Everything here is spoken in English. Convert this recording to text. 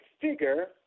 figure